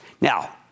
Now